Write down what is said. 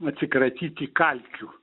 atsikratyti kalkių